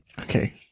Okay